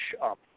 up